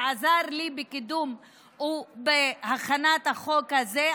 שעזר לי בקידום ובהכנת החוק הזה,